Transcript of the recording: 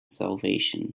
salvation